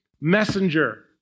messenger